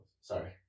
Sorry